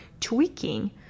tweaking